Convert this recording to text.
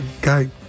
guy